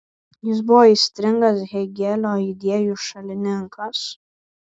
jis buvo aistringas hėgelio idėjų šalininkas